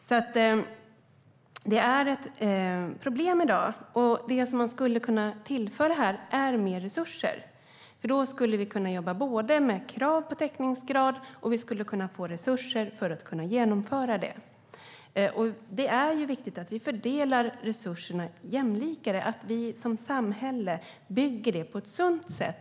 Det är alltså ett problem i dag, och det man skulle kunna tillföra är mer resurser. Då skulle vi både kunna jobba med krav på täckningsgrad och få resurser för att genomföra det. Det är viktigt att vi fördelar resurserna mer jämlikt och att vi som samhälle bygger upp detta på ett sunt sätt.